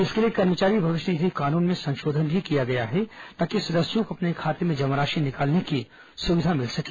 इसके लिए कर्मचारी भविष्य निधि कानून में संशोधन भी किया गया है ताकि सदस्यों को अपने खाते में जमा राशि निकालने की सुविधा मिल सके